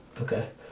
okay